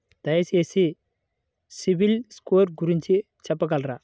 దయచేసి CIBIL score గురించి చెప్పగలరా?